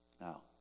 Now